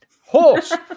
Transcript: horse